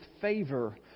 favor